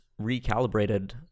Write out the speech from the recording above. recalibrated